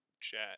chat